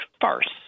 farce